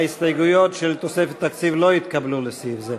ההסתייגויות של תוספת תקציב לא התקבלו לסעיף זה.